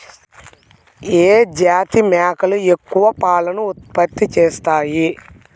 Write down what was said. ఏ జాతి మేకలు ఎక్కువ పాలను ఉత్పత్తి చేస్తాయి?